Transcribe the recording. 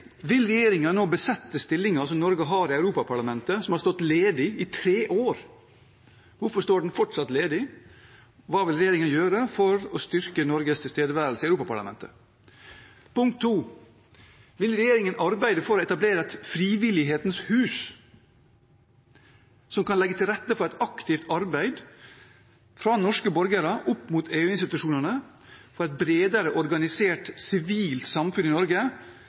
Vil regjeringen nå besette stillingen Norge har i Europaparlamentet, som har stått ledig i tre år? Hvorfor står den fortsatt ledig, og hva vil regjeringen gjøre for å styrke Norges tilstedeværelse i Europaparlamentet? Vil regjeringen arbeide for å etablere et frivillighetens hus som kan legge til rette for et aktivt arbeid fra norske borgeres side opp mot EU-institusjonene, for at et bredere organisert sivilt samfunn i Norge,